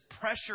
pressure